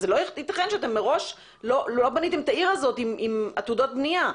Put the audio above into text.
אז לא יתכן שאתם מראש לא בניתם את העיר הזאת עם עתודות בנייה.